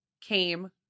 came